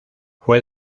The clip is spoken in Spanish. fue